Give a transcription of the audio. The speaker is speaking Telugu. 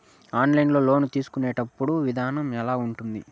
ఆన్లైన్ లోను తీసుకునేటప్పుడు విధానం ఎలా ఉంటుంది